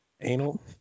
Anal